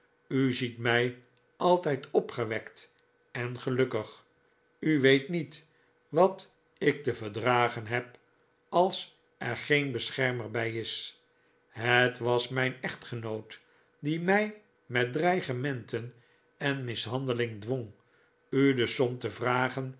u ziet mij altijd opgewekt en gelukkig u weet niet wat ik te verdragen heb als er geen beschermer bij is het was mijn echtgenoot die mij met dreigementen en mishandeling dwong u de som te vragen